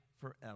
forever